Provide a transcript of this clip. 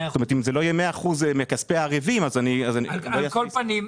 אם זה לא יהיה 100% מכספי ערבים --- על כל פנים,